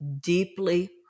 deeply